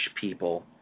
people